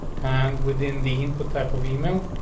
and within the input type of email,